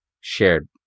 shared